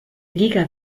liga